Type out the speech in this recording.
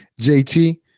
JT